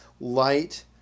light